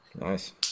Nice